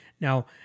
Now